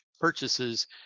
purchases